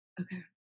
Okay